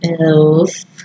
else